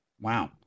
Wow